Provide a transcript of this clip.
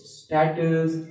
status